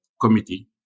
committee